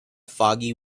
foggy